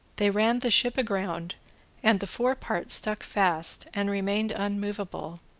they ran the ship aground and the fore part stuck fast, and remained unmoveable,